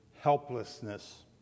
helplessness